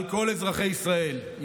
על כל אזרחי ישראל,